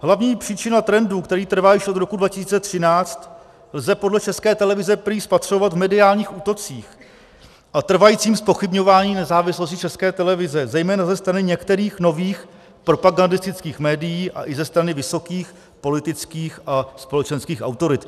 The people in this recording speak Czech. Hlavní příčina trendu, který trvá již od roku 2013, lze podle České televize prý spatřovat v mediálních útocích a trvajícím zpochybňování nezávislosti České televize zejména ze strany některých nových propagandistických médií a i ze strany vysokých politických a společenských autorit.